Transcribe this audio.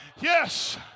yes